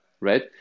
right